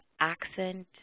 accent